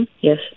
yes